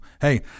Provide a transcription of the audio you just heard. Hey